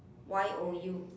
y o u